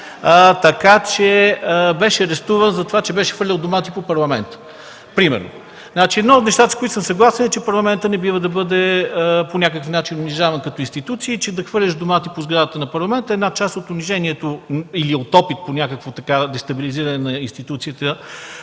беше арестуван за това, че беше хвърлил домати по парламента, примерно. Едно от нещата, с които съм съгласен, е, че парламентът не бива да бъде по някакъв начин унижаван като институция и че да хвърляш домати по сградата на парламента е една част от унижението или опит за някакво дестабилизиране на институцията,